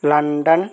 London